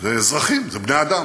אלה אזרחים, אלה בני-אדם,